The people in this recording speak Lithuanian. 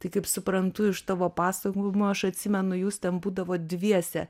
tai kaip suprantu iš tavo pasakojimo aš atsimenu jūs ten būdavot dviese